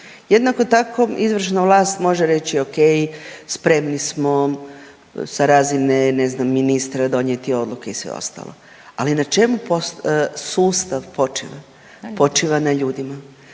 Jednako tako izvršna vlast može reći o.k. spremni smo sa razine ne znam ministra donijeti odluke i sve ostalo, ali na čemu sustav počiva? Počiva na ljudima